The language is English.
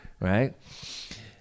right